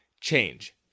change